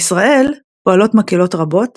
בישראל פועלות מקהלות רבות,